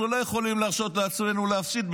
אנחנו לא יכולים להרשות לעצמנו להפסיד,